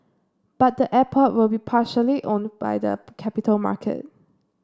but the airport will be partially owned by the capital market